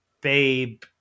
babe